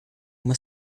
uma